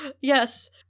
yes